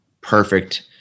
perfect